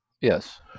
Yes